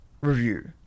review